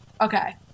okay